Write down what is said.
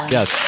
Yes